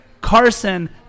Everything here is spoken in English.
carson